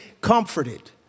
comforted